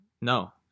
No